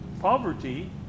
poverty